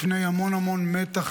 לפני המון המון מתח,